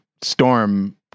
storm